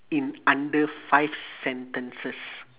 in under five sentences